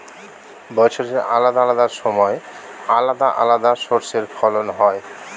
বছরের আলাদা আলাদা সময় আলাদা আলাদা শস্যের ফলন হয়